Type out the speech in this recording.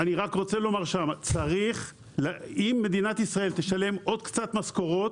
אני רק רוצה לומר שאם מדינת ישראל תשלם עוד קצת משכורות,